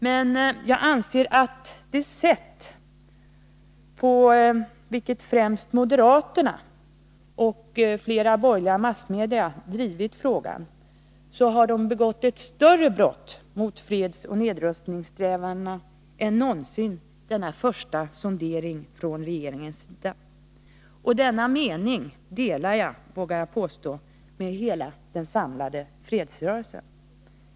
Men jag anser att det sätt på vilket främst moderaterna och flera borgerliga massmedia har drivit frågan innebär att de har begått ett större brott mot fredsoch nedrustningssträvandena än någonsin denna första sondering från regeringens sida innebar. Och denna mening delar jag - vågar jag påstå — med hela den samlade fredsrörelsen.